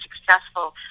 successful